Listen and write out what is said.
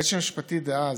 היועץ המשפטי דאז,